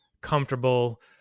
comfortable